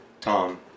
Tom